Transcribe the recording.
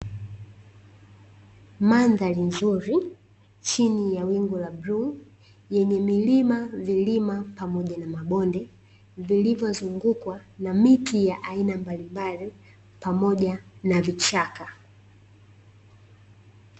Mandhari nzuri chini ya wingu la bluu yenye milima, vilima pamoja na mabonde vilivyozungukwa na miti ya aina mbalimbali pamoja na vichaka.